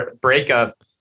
breakup